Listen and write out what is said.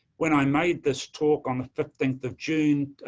when i made this talk on the fifteenth of june,